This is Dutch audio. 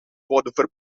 worden